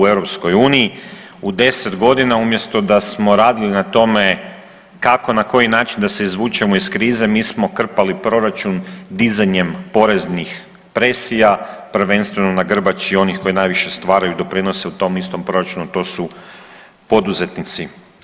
U 10.g. umjesto da smo radili na tome kako i na koji način da se izvučemo iz krize mi smo krpali proračun dizanjem poreznih presija, prvenstveno na grbači onih koji najviše stvaraju i doprinose u tom istom proračunu, a to su poduzetnici.